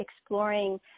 exploring